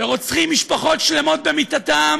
ורוצחים משפחות שלמות במיטתן